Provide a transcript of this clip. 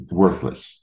worthless